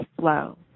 flow